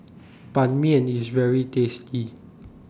Ban Mian IS very tasty